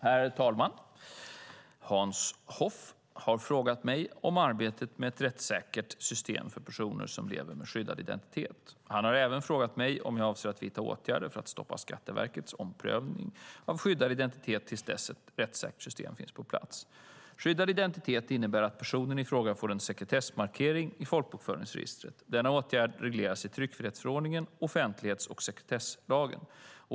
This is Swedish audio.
Herr talman! Hans Hoff har frågat mig om arbetet med ett rättssäkert system för personer som lever med skyddad identitet. Han har även frågat mig om jag avser att vidta åtgärder för att stoppa Skatteverkets omprövning av skyddad identitet till dess ett rättssäkert system finns på plats. Skyddad identitet innebär att personen i fråga får en sekretessmarkering i folkbokföringsregistret. Denna åtgärd regleras i tryckfrihetsförordningen och offentlighets och sekretesslagen.